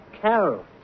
Carol